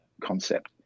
concept